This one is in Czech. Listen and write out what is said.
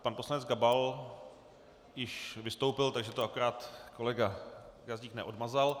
Pan poslanec Gabal již vystoupil, takže to akorát kolega Gazdík neodmazal.